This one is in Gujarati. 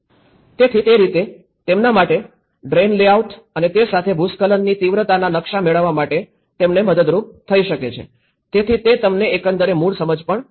તેથી તે રીતે તેમના માટે ડ્રેઇન લેઆઉટ અને તે સાથે ભૂસ્ખલનની તીવ્રતાના નકશા મેળવવા માટે તેમને મદદરૂપ થઈ શકે છે તેથી તે તમને એકંદર મૂળ સમજ પણ આપશે